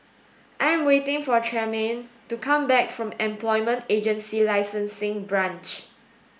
I am waiting for Tremaine to come back from Employment Agency Licensing Branch